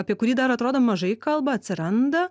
apie kurį dar atrodo mažai kalba atsiranda